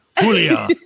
Julia